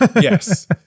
Yes